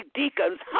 deacons